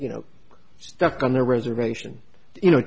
you know stuck on the reservation you know